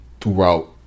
throughout